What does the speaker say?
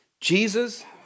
Jesus